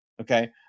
Okay